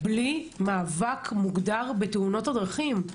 בלי מאבק מוגדר בתאונות הדרכים.